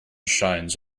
shines